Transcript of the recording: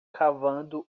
cavando